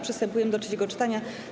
Przystępujemy do trzeciego czytania.